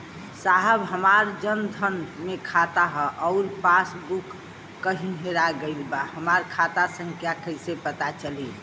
साहब हमार जन धन मे खाता ह अउर पास बुक कहीं हेरा गईल बा हमार खाता संख्या कईसे पता चली?